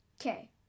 okay